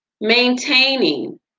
maintaining